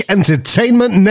Entertainment